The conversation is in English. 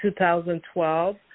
2012